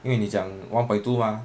因为你讲 one point two mah